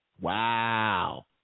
Wow